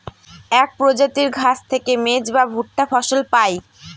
এক প্রজাতির ঘাস থেকে মেজ বা ভুট্টা ফসল পায়